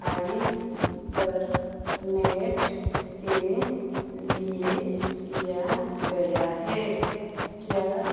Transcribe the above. आई बरनेट के लिए किया गया है क्या